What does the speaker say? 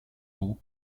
doux